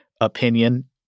opinion